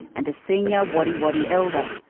and a senior wadi wadi elder.